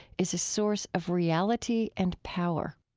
is a source of reality and power